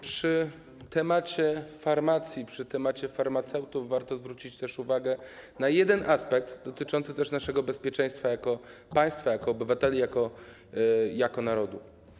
Przy temacie farmacji, przy temacie farmaceutów warto też zwrócić uwagę na jeden aspekt dotyczący naszego bezpieczeństwa jako państwa, jako obywateli, jako narodu.